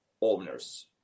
owners